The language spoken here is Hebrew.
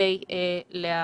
כדי להיערך.